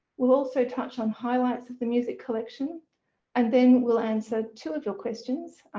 we'll also touch on highlights of the music collection and then we'll answer two of your questions,